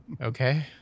Okay